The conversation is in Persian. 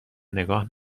نگاه